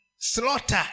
Slaughter